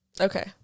Okay